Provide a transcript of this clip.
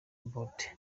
bolt